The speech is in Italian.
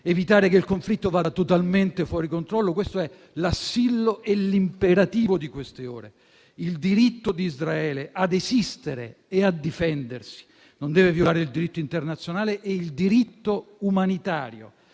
evitando che il conflitto vada totalmente fuori controllo. Questo è l'assillo e l'imperativo di queste ore. Il diritto di Israele ad esistere e a difendersi non deve violare il diritto internazionale e il diritto umanitario.